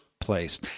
place